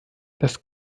das